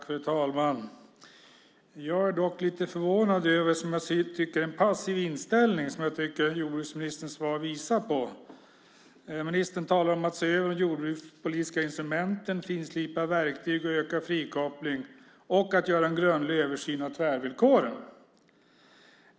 Fru talman! Jag är lite förvånad över den passiva inställning som jag tycker att jordbruksministerns svar visar på. Ministern talar om att se över de jordbrukspolitiska instrumenten, finslipa verktyg, öka frikopplingen och att göra en grundlig översyn av tvärvillkoren.